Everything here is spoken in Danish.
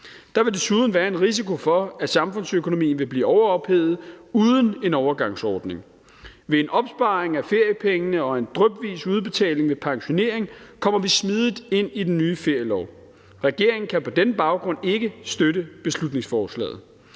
Der vil desuden være en risiko for, at samfundsøkonomien vil blive overophedet uden en overgangsordning. Ved en opsparing af feriepengene og en drypvis udbetaling ved pensionering kommer vi smidigt ind i den nye ferielov. Regeringen kan på den baggrund ikke støtte beslutningsforslaget.